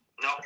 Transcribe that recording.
No